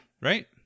right